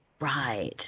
Right